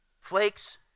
flakes